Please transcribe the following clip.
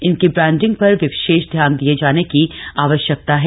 इनकी ब्रांडिंग पर विशेष ध्यान दिये जाने की आवश्यकता है